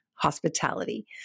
hospitality